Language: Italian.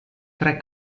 tre